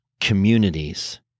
communities